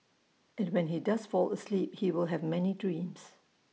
and when he does fall asleep he will have many dreams